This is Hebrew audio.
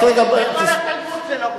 בכל התלמוד זה לא מופיע.